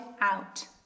out